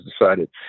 decided